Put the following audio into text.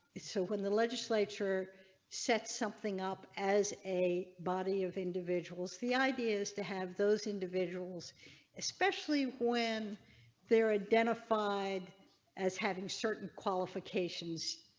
so when the legislature set something up as a body of individuals the idea is to have those individuals especially when there are identified as having certain qualifications.